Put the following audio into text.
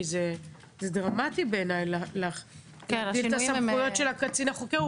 כי זה דרמטי בעיני להגדיל את הסמכויות של הקצין החוקר,